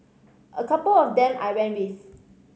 a couple of them I ran with